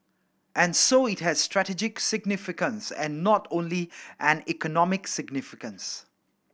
and so it has strategic significance and not only an economic significance